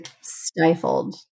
stifled